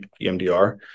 emdr